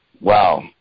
Wow